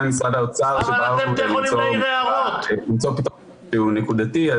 עם משרד האוצר במטרה למצוא פתרון נקודתי.